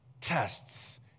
tests